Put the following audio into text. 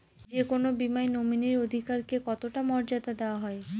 যে কোনো বীমায় নমিনীর অধিকার কে কতটা মর্যাদা দেওয়া হয়?